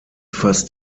fast